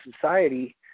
society